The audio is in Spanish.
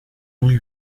muy